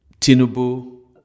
Tinubu